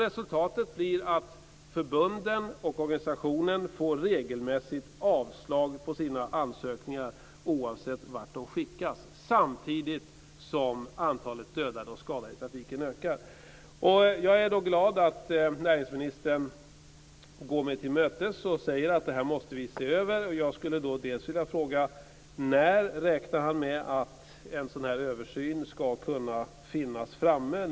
Resultatet blir att förbunden och organisationen regelmässigt får avslag på sina ansökningar, oavsett vart de skickas, samtidigt som antalet dödade och skadade i trafiken ökar. Jag är glad att näringsministern går mig till mötes genom att säga att detta måste ses över. Jag vill då fråga: När räknar han med att en översyn skall kunna vara klar?